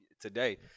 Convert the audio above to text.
today